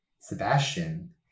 Sebastian